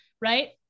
right